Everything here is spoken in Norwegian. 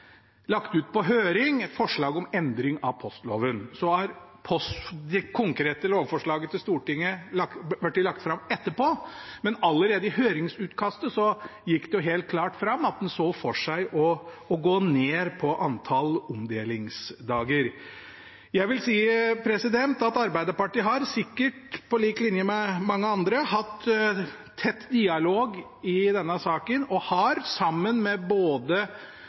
lagt ut på høring et forslag om endring av postloven. Så er det konkrete lovforslaget til Stortinget blitt lagt fram etterpå. Men allerede i høringsutkastet gikk det helt klart fram at en så for seg å gå ned på antall omdelingsdager. Jeg vil si at Arbeiderpartiet – sikkert på lik linje med mange andre – i denne saken har hatt og har tett dialog med både